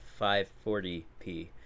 540p